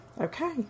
Okay